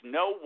no